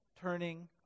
turning